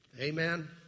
Amen